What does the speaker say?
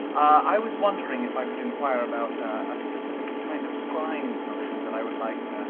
i was wondering if i could inquire about a specific kind of scrying potion that i would like